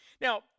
Now